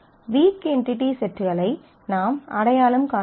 week entity செட்களை நாம் அடையாளம் காண வேண்டும்